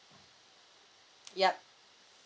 yup